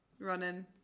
running